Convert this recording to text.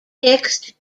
mixed